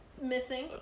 Missing